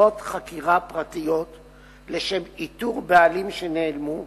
חברות חקירה פרטיות לשם איתור בעלים שנעלמו,